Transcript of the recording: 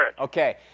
Okay